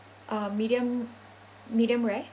uh medium medium rare